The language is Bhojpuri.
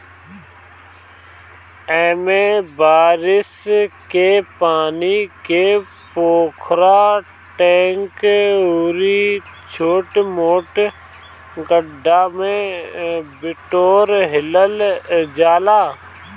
एमे बारिश के पानी के पोखरा, टैंक अउरी छोट मोट गढ्ढा में बिटोर लिहल जाला